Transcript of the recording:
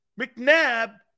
McNabb